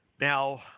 now